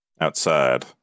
outside